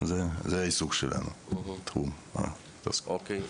אוקיי.